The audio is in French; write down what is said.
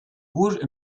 rouge